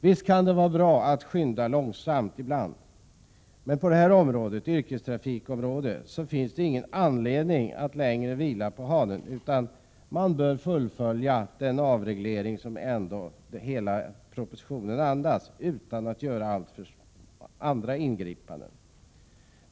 Visst kan det vara bra att skynda långsamt ibland, men på yrkestrafikområdet finns det ingen anledning att längre vila på hanen, utan man bör fullfölja den avreglering som hela propositionen ändå andas utan att göra andra ingripanden.